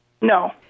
No